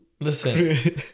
Listen